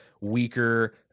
weaker